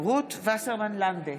רות וסרמן לנדה,